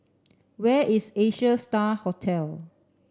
where is Asia Star Hotel